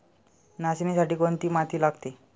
नाचणीसाठी कोणती माती लागते?